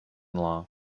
law